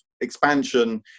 expansion